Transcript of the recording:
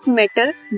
metals